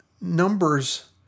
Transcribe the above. Numbers